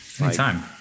anytime